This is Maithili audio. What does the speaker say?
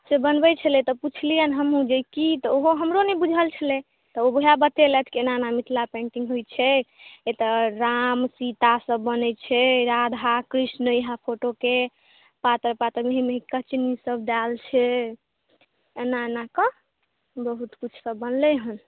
से बनबै छलै तऽ पुछलियनि हमहुँ जे ई की तऽ हमरो नहि बुझल छलै तऽ हमरा बतेलथि ई एना एना मिथिला पेन्टिंग होइ छै एतऽ राम सीता सभ बनै छै राधा कृष्ण इएह फोटोके पातर पातर महीन महीन ई मे कछनी सभ देल छै एना एना कऽ बहुत किछु सभ बनलै हन